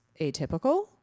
atypical